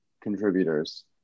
contributors